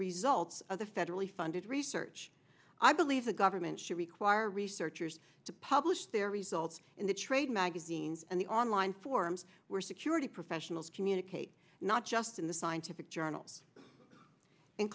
results of the federally funded research i believe the government should require researchers to publish their results in the trade magazines and the online forums where security professionals communicate not just in the scientific journals